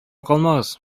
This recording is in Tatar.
калмагыз